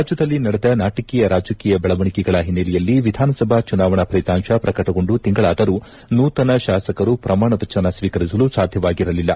ರಾಜ್ಥದಲ್ಲಿ ನಡೆದ ನಾಟಕೀಯ ರಾಜಕೀಯ ಬೆಳವಣಿಗೆಗಳ ಹಿನ್ನೆಲೆಯಲ್ಲಿ ವಿಧಾನಸಭಾ ಚುನಾವಣಾ ಫಲಿತಾಂಶ ಪ್ರಕಟಗೊಂಡು ತಿಂಗಳಾದರೂ ನೂತನ ಶಾಸಕರು ಪ್ರಮಾಣ ವಚನ ಸ್ವೀಕರಿಸಲು ಸಾಧ್ಯವಾಗಿರಲಿಲ್ಲ